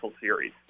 series